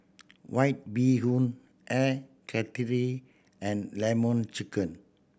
White Bee Hoon Air Karthira and Lemon Chicken